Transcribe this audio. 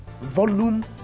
volume